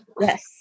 Yes